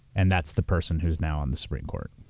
and that's the person who's now on the supreme court.